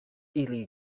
ili